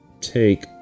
take